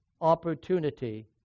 opportunity